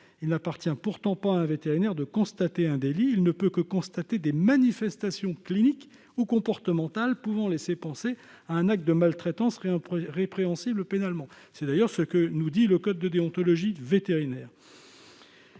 leur appartient pourtant pas de constater l'existence d'un délit. Ils ne peuvent que constater des manifestations cliniques ou comportementales pouvant laisser penser à un acte de maltraitance répréhensible pénalement. C'est du reste ce que précise le code de déontologie vétérinaire.